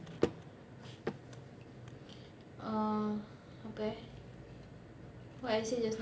ah okay